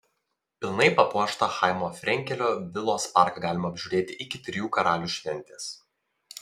pilnai papuoštą chaimo frenkelio vilos parką galima apžiūrėti iki trijų karalių šventės